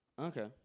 Okay